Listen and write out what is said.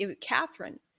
Catherine